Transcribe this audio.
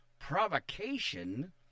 provocation